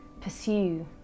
pursue